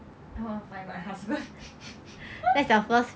I want find my husband